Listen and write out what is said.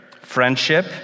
friendship